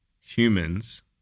humans